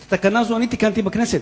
את התקנה הזאת אני תיקנתי בכנסת.